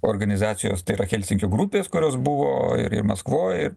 organizacijos tai yra helsinkio grupės kurios buvo ir ir maskvoj